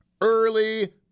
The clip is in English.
early